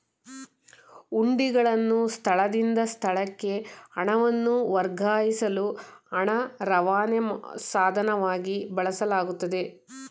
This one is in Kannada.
ಹುಂಡಿಗಳನ್ನು ಸ್ಥಳದಿಂದ ಸ್ಥಳಕ್ಕೆ ಹಣವನ್ನು ವರ್ಗಾಯಿಸಲು ಹಣ ರವಾನೆ ಸಾಧನವಾಗಿ ಬಳಸಲಾಗುತ್ತೆ